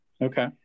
Okay